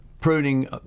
pruning